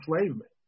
enslavement